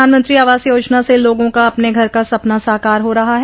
प्रधानमंत्री आवास योजना से लोगों का अपने घर का सपना साकार हो रहा है